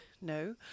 no